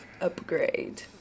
Upgrade